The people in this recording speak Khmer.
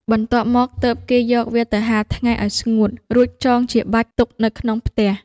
បន្ទាប់មកទើប គេយកវាទៅហាលថ្ងៃ អោយស្ងួត រួចចងជាបាច់ទុកនៅក្នុងផ្ទះ ។